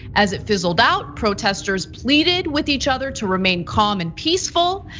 as it fizzled out, protesters pleaded with each other to remain calm and peaceful.